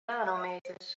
nanometers